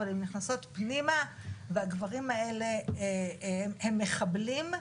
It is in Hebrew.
אבל הן נכנסות פנימה והגברים האלה הם מחבלים.